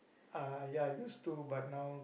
ah ya used to but now